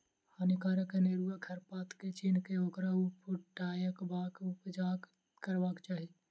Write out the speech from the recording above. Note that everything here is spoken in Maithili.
हानिकारक अनेरुआ खर पात के चीन्ह क ओकरा उपटयबाक उपाय करबाक चाही